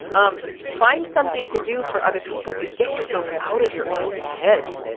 um find something to do for other people to get yourself out of your own head.